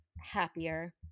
happier